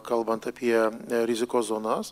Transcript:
kalbant apie rizikos zonas